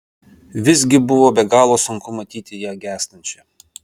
visgi buvo be galo sunku matyti ją gęstančią